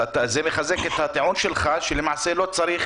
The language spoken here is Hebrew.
זה מחזק את הטיעון שלך שלמעשה לא צריך,